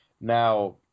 Now